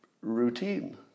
routine